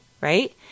right